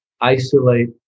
isolate